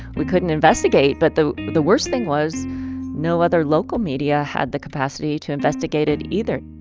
we couldn't investigate, but the the worst thing was no other local media had the capacity to investigate it either